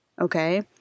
Okay